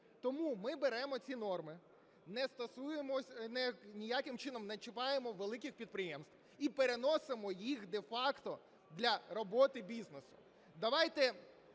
Тому ми беремо ці норми, ніяким чином не чіпаємо великих підприємств і переносимо їх де-факто для роботи бізнесу. Давайте,